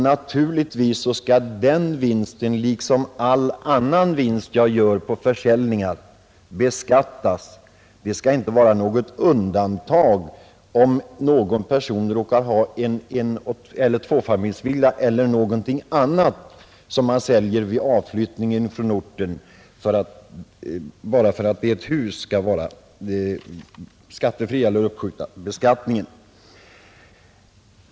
Naturligtvis skall den vinsten liksom all annan vinst på försäljning beskattas. Det skall i det avseendet inte vara någon skillnad om en person säljer en eneller tvåfamiljsfastighet eller om vederbörande säljer något annat vid avflyttning från orten. Man kan inte enbart när det gäller fastigheter undanta försäljningen från beskattning eller uppskjuta beskattningen.